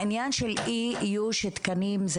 העניין של אי-איוש התקנים,